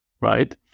right